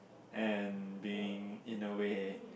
and being in a way